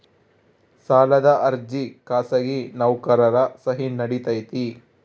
ಸಾಲದ ಅರ್ಜಿಗೆ ಖಾಸಗಿ ನೌಕರರ ಸಹಿ ನಡಿತೈತಿ?